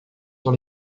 sur